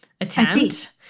attempt